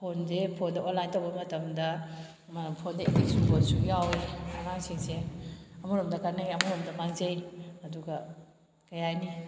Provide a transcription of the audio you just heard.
ꯐꯣꯟꯁꯦ ꯐꯣꯟꯗ ꯑꯣꯟꯂꯥꯏꯟ ꯇꯧꯕ ꯃꯇꯝꯗ ꯐꯣꯟꯗ ꯑꯦꯗꯤꯛ ꯆꯨꯕꯁꯨ ꯌꯥꯎꯏ ꯑꯉꯥꯡꯁꯤꯡꯁꯦ ꯑꯃꯔꯣꯝꯗ ꯀꯥꯟꯅꯩ ꯑꯃꯔꯣꯝꯗ ꯃꯥꯡꯖꯩ ꯑꯗꯨꯒ ꯀꯔꯤ ꯍꯥꯏꯅꯤ